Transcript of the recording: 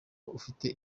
ufite